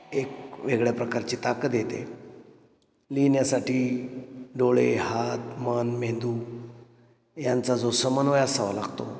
एक वेगळ्या प्रकारची ताकद येते लिहिण्यासाठी डोळे हात मन मेंदू यांचा जो समन्वय असावा लागतो